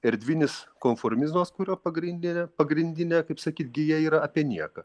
erdvinis konformizmas kurio pagrindinė pagrindinė kaip sakyt gija yra apie nieką